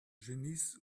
genies